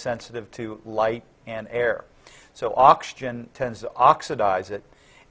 sensitive to light and air so oxygen tends oxidize it